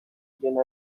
نتیجه